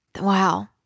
wow